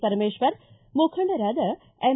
ಪರಮೇಶ್ವರ್ ಮುಖಂಡರಾದ ಎಂ